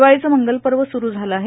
दिवाळीचं मंगल पर्व स्रू झालं आहे